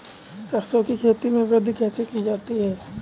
सरसो की खेती में वृद्धि कैसे की जाती है?